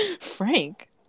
Frank